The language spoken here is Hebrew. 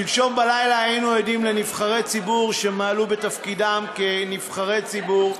שלשום בלילה היינו עדים לנבחרי ציבור שמעלו בתפקידם כנבחרי ציבור,